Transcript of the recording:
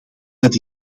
dat